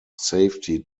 safety